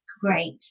great